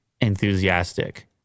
enthusiastic